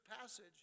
passage